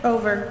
Over